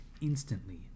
instantly